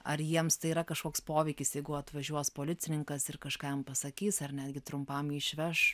ar jiems tai yra kažkoks poveikis jeigu atvažiuos policininkas ir kažką jam pasakys ar netgi trumpam jį išveš